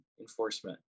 enforcement